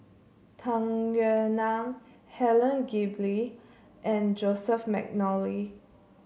Tung Yue Nang Helen Gilbey and Joseph McNally